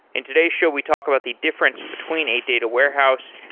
in today's show we talk about the difference between a data warehouse,